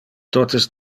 totes